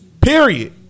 Period